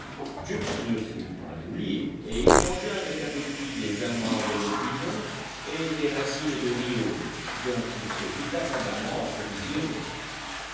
ne fut point oublié et il mangea avec appétit des amandes de pignon et des racines de rhyomes dont il se vit abondamment approvisionné